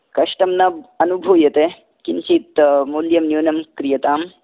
कष्टं न अनुभूयते किञ्चित् मूल्यं न्यूनं क्रियताम्